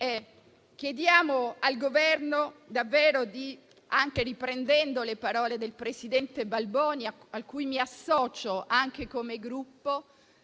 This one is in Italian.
Chiediamo al Governo, riprendendo le parole del presidente Balboni a cui mi associo anche come Gruppo,